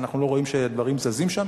אנחנו לא רואים שדברים זזים שם.